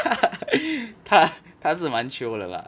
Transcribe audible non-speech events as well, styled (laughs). (laughs) 她她是蛮 chio 的 lah